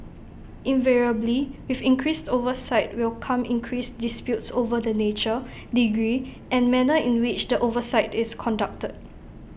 invariably with increased oversight will come increased disputes over the nature degree and manner in which the oversight is conducted